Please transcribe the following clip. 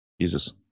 Jesus